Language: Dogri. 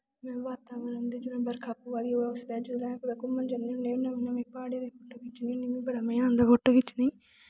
में बातावरण दिक्खनीं बरखा पवा दी होऐ कुदै ओह्दा खिच्ची ओड़नी मिगी बड़ा मजा आंदा फोटो खिच्चने गी